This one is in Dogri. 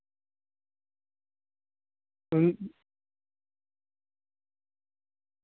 अं